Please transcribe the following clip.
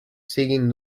siguin